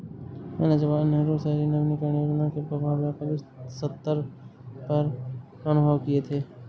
मैंने जवाहरलाल नेहरू शहरी नवीनकरण योजना के प्रभाव व्यापक सत्तर पर अनुभव किये थे